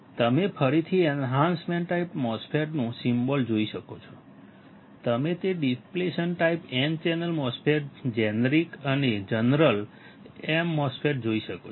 તમે ફરીથી enhancement type MOSFET નું સિમ્બોલ જોઈ શકો છો તમે તે depletion type n channel MOSFET generic અને જનરલ m MOSFET જોઈ શકો છો